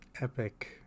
Epic